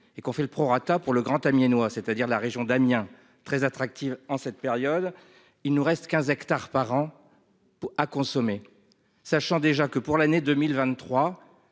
et qu'on fait le prorata pour le grand Amiénois c'est-à-dire la région d'Amiens, très attractive en cette période, il nous reste 15 hectares par an. À consommer. Sachant déjà que pour l'année 2023.